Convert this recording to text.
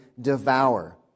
devour